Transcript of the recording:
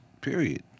Period